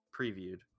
previewed